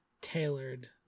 tailored